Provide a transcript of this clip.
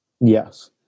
Yes